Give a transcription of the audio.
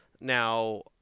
Now